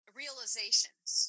realizations